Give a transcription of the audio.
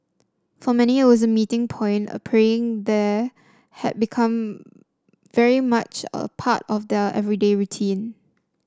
for many it was a meeting point and praying there had become very much a part of their everyday routine